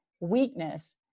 weakness